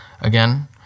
again